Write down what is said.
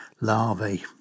larvae